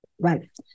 Right